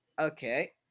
Okay